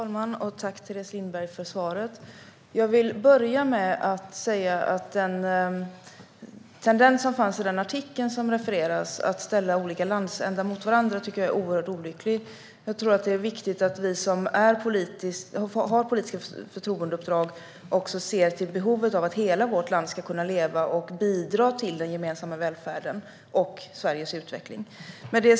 Herr talman! Tack, Teres Lindberg, för frågan! Den tendens som framgår i den artikel som refereras, att ställa olika landsändar mot varandra, är oerhört olycklig. Det är viktigt att vi som har politiska förtroendeuppdrag också ser till behovet av att hela vårt land ska leva och bidra till den gemensamma välfärden och Sveriges utveckling.